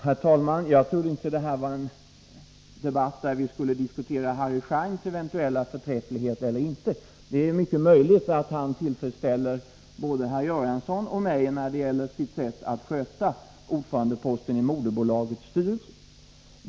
Herr talman! Jag trodde inte att det här var en debatt där vi skulle diskutera Harry Scheins eventuella förträfflighet eller inte. Det är mycket möjligt att Harry Schein tillfredsställer både mig och herr Göransson när det gäller sättet att sköta ordförandeposten i moderbolagets styrelse.